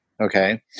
Okay